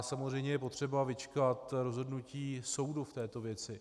Samozřejmě je potřeba vyčkat rozhodnutí soudu v této věci.